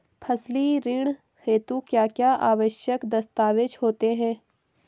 फसली ऋण हेतु क्या क्या आवश्यक दस्तावेज़ होते हैं?